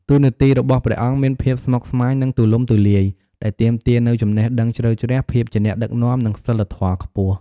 តួនាទីរបស់ព្រះអង្គមានភាពស្មុគស្មាញ និងទូលំទូលាយ ដែលទាមទារនូវចំណេះដឹងជ្រៅជ្រះ ភាពជាអ្នកដឹកនាំ និងសីលធម៌ខ្ពស់។